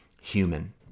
human